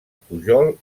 pujol